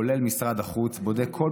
כולל משרד החוץ,